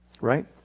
right